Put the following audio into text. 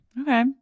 Okay